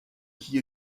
qui